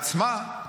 בעצמה,